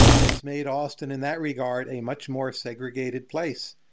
and it's made austin, in that regard, a much more segregated place.